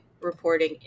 reporting